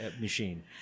machine